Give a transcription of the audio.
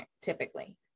typically